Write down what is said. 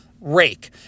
Rake